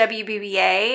wbba